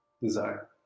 Desire